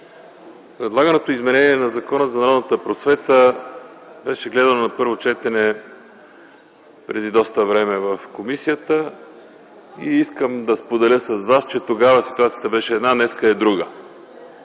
Предлаганото изменение на Закона за народната просвета беше гледано на първо четене преди доста време в комисията и искам да споделя с вас, че тогава ситуацията беше една, а днес – друга.